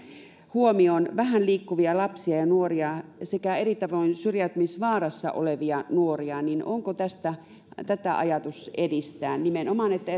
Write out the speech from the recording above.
huomioon vähän liikkuvia lapsia ja nuoria sekä eri tavoin syrjäytymisvaarassa olevia nuoria niin onko tätä ajatus edistää nimenomaan että